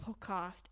podcast